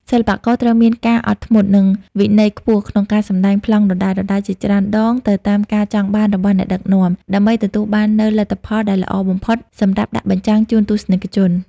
សិល្បករត្រូវមានការអត់ធ្មត់ និងវិន័យខ្ពស់ក្នុងការសម្ដែងប្លង់ដដែលៗជាច្រើនដងទៅតាមការចង់បានរបស់អ្នកដឹកនាំ ដើម្បីទទួលបាននូវលទ្ធផលដែលល្អបំផុតសម្រាប់ដាក់បញ្ចាំងជូនទស្សនិកជន។